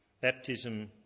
baptism